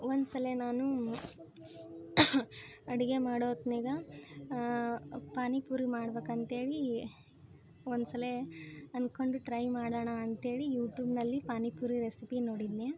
ಒಂದು ಸಲ ನಾನು ಅಡುಗೆ ಮಾಡೋ ಹೊತ್ನ್ಯಾಗ ಪಾನಿಪುರಿ ಮಾಡ್ಬೇಕು ಅಂತೇಳಿ ಒಂದು ಸಲ ಅಂದ್ಕೊಂಡು ಟ್ರೈ ಮಾಡೋಣ ಅಂತೇಳಿ ಯುಟೂಬ್ನಲ್ಲಿ ಪಾನಿಪುರಿ ರೆಸಿಪಿ ನೋಡಿದ್ನ್ಯೆ